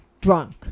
drunk